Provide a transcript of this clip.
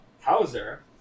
Hauser